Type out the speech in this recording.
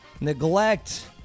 Neglect